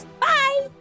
Bye